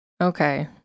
okay